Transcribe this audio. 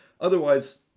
Otherwise